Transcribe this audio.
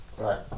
right